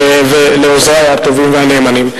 ולעוזרי הטובים והנאמנים.